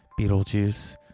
Beetlejuice